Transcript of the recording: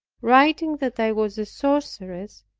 writing that i was a sorceress,